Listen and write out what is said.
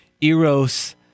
Eros